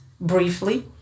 briefly